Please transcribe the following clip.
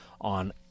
on